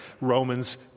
Romans